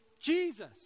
Jesus